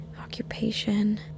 occupation